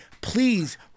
Please